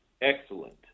Excellent